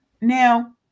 Now